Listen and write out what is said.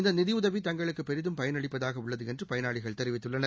இந்த நிதியுதவி தங்களுக்கு பெரிதும் பயனளிப்பதாக உள்ளது என்று பயனாளிகள் தெரிவித்துள்ளனர்